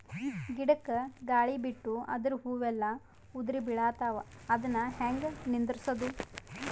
ಗಿಡಕ, ಗಾಳಿ ಬಿಟ್ಟು ಅದರ ಹೂವ ಎಲ್ಲಾ ಉದುರಿಬೀಳತಾವ, ಅದನ್ ಹೆಂಗ ನಿಂದರಸದು?